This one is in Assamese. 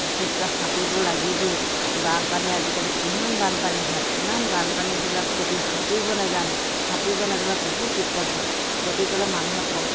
বিশেষকৈ সাঁতোৰটো লাগিবই বানপানী আজিকালি কিমান বানপানী হয় ইমান বানপানীৰ দিনত যদি সাঁতুৰিব নেজানে বিপদ হয় গতিকলে মানুহে